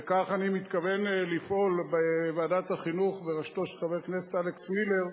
וכך אני מתכוון לפעול בוועדת החינוך בראשותו של חבר הכנסת אלכס מילר,